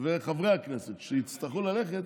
וחברי הכנסת, שיצטרכו ללכת,